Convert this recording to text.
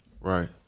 Right